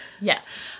Yes